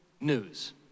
news